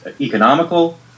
economical